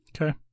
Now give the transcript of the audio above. okay